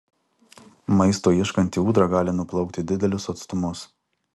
maisto ieškanti ūdra gali nuplaukti didelius atstumus